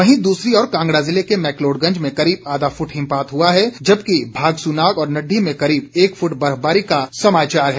वहीं दूसरी ओर कांगड़ा ज़िले के मैकलोडगंज में करीब आधा फुट हिमपात हुआ है जबकि भागसूनाग और नड़्डी में करीब एक फृट बर्फबारी का समाचार है